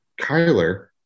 kyler